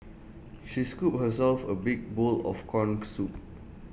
she scooped herself A big bowl of Corn Soup